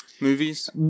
movies